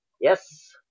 Yes